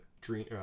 dream